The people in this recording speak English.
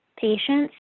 patients